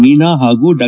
ಮೀನಾ ಹಾಗೂ ಡಾ